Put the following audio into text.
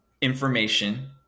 information